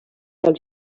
els